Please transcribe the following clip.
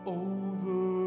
over